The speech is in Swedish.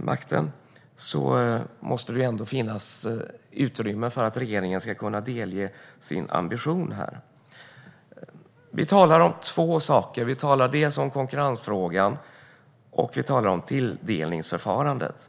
makten måste det ändå finnas utrymme för regeringen att delge sin ambition här. Vi talar om två saker: dels om konkurrensfrågan, dels om tilldelningsförfarandet.